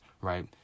right